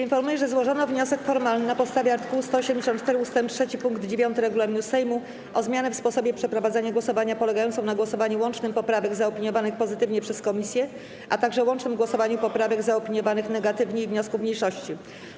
Informuję, że złożono wniosek formalny na podstawie art. 184 ust. 3 pkt 9 regulaminu Sejmu o zmianę w sposobie przeprowadzenia głosowania polegającą na głosowaniu łącznym poprawek zaopiniowanych pozytywnie przez komisję, a także łącznym głosowaniu poprawek zaopiniowanych negatywnie i wniosków mniejszości.